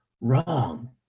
wrong